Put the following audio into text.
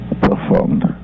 performed